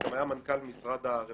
שגם היה מנכ"ל משרד הרווחה,